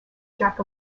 jack